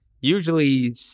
usually